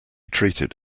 treated